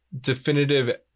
definitive